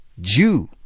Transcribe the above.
Jew